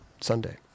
Sunday